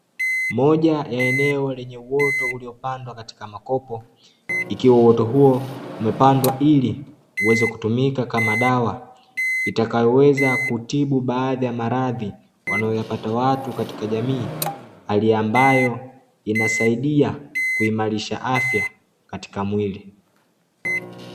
Moja ya eneo lenye uoto uliopandwa katika makopo, ikiwa uoto huo umepandwa ili uweze kutumika kama dawa, itakayoweza kutibu baadhi ya maradhi wanayoyapata watu katika jamii. Hali ambayo inasaidia kuimarisha afya katika mwili.